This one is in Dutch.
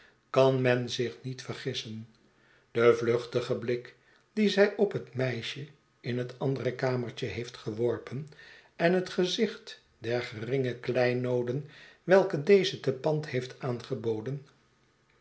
kan men zich niet vergissen de vluchtige blik dien zij op het meisje in het andere kamertje heeft geworpen en het gezicht der geringe kleinooden welke deze te pand heeft aangeboden